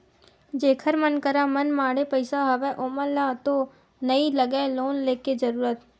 जेखर मन करा मनमाड़े पइसा हवय ओमन ल तो नइ लगय लोन लेके जरुरत